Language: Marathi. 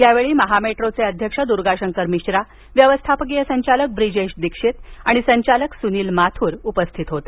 या वेळी महामेट्रोचे अध्यक्ष दुर्गाशंकर मिश्रा व्यवस्थापकीय संचालक ब्रीजेश दीक्षित आणि संचालक सुनील माथूर उपस्थित होते